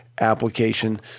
application